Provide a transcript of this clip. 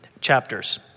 chapters